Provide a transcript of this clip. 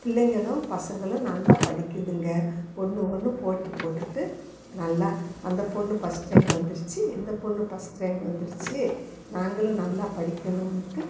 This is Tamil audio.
பிள்ளைகளும் பசங்களும் நல்லா படிக்கிதுங்க ஒன்று ஒன்றும் போட்டி போட்டுகிட்டு நல்லா அந்தப் பெண்ணு ஃபஸ்ட் ரேங்க் வந்துருச்சு இந்தப் பெண்ணு ஃபஸ்ட் ரேங்க் வந்துருச்சு நாங்களும் நல்லா படிக்கணும்னுட்டு